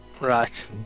right